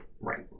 Right